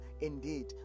indeed